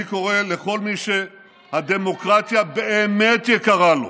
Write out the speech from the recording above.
אני קורא לכל מי שהדמוקרטיה באמת יקרה לו